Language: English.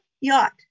Yacht